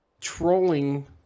trolling